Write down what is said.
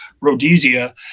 Rhodesia